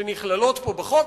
שנכללות פה בחוק,